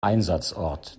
einsatzort